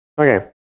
Okay